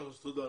תודה.